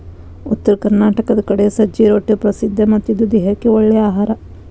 ಉತ್ತರ ಕರ್ನಾಟಕದ ಕಡೆ ಸಜ್ಜೆ ರೊಟ್ಟಿ ಪ್ರಸಿದ್ಧ ಮತ್ತ ಇದು ದೇಹಕ್ಕ ಒಳ್ಳೇ ಅಹಾರಾ